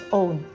own